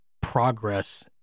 progress